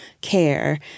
care